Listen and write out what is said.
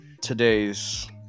today's